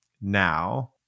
now